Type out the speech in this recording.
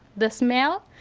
the smell,